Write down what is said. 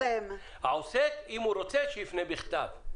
העוסק, אם הוא רוצה, שיפנה בכתב.